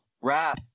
rap